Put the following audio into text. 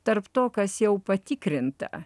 tarp to kas jau patikrinta